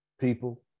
people